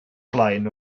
blaen